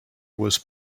was